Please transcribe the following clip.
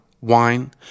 wine